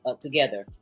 together